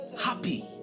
happy